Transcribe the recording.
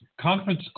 conference